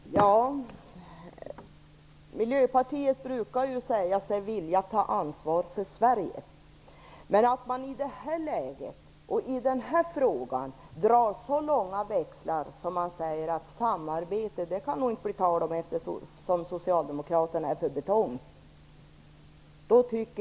Herr talman! Miljöpartiet brukar ju säga sig vilja ta ansvar för Sverige. Men jag tycker faktiskt att Elisa Abascal Reyes går väldigt långt när hon i det här läget och i den här frågan drar sådana växlar att hon säger att det inte kan bli tal om något samarbete eftersom Socialdemokraterna är för betong.